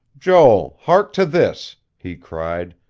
joel, hark to this, he cried,